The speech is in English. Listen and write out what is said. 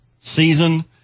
season